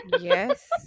Yes